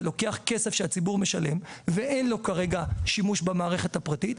זה לוקח כסף שהציבור משלם ואין לו כרגע שימוש במערכת הפרטית,